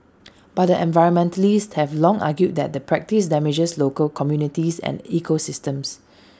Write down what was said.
but environmentalists have long argued that the practice damages local communities and ecosystems